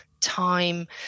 time